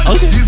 Okay